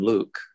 Luke